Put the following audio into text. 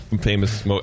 famous